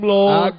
Lord